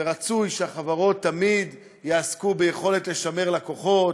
ורצוי שהחברות תמיד יעסקו ביכולת לשמר לקוחות,